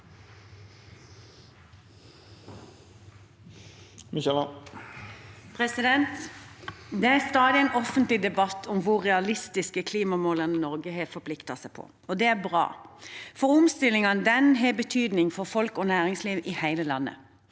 Det er stadig en offentlig debatt om hvor realistiske klimamålene Norge har forpliktet seg til, er, og det er bra, for omstillingen har betydning for folk og næringsliv i hele landet.